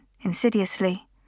insidiously